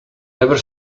never